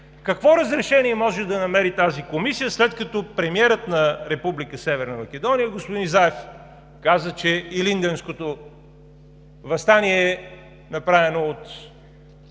Какво разрешение може да намери тази комисия, след като премиерът на Република Северна Македония господин Заев каза, че Илинденското въстание е направено от